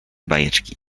bajeczki